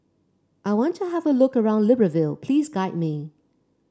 I want to have a look around Libreville please guide me